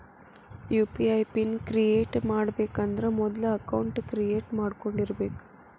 UPI PIN create ಮಾಡಬೇಕಂದ್ರ ಮೊದ್ಲ account create ಮಾಡ್ಕೊಂಡಿರಬೆಕ್